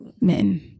men